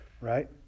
right